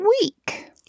week